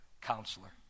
counselor